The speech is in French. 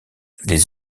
les